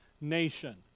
nation